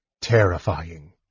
terrifying